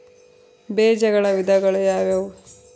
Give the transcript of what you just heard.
ಬೇಜಗಳ ವಿಧಗಳು ಯಾವುವು?